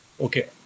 okay